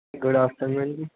ਜੀ good afternoon ਜੀ